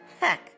heck